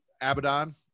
Abaddon